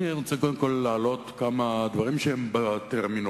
אני רוצה קודם כול להעלות כמה דברים שהם טרמינולוגיים.